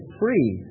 free